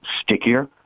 stickier